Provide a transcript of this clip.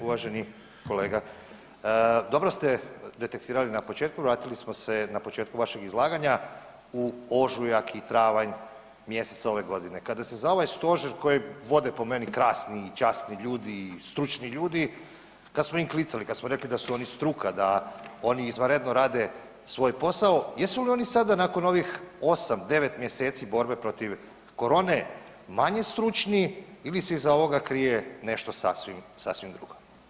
Uvaženi kolega dobro ste detektirali na početku, vratili smo se na početku vašeg izlaganja u ožujak i travanj mjesec ove godine kada se za ovaj stožer kojeg vode po meni krasni i časni ljudi i stručni ljudi, kad smo im klicali, kad smo rekli da su oni struka, da oni izvanredno rade svoj posao, jesu li oni sada nakon ovih 8, 9 mjeseci borbe protiv korone manje stručni ili se iza ovoga krije nešto sasvim, sasvim drugo?